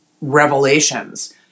revelations